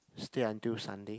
stay until Sunday